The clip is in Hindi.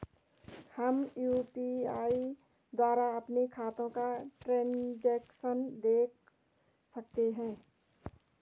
हम यु.पी.आई द्वारा अपने खातों का ट्रैन्ज़ैक्शन देख सकते हैं?